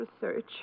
research